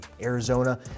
Arizona